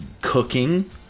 cooking